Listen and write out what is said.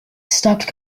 stopped